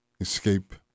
escape